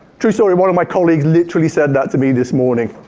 true story, one of my colleagues literally said that to me this morning.